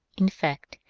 in fact,